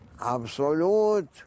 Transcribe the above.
Absolute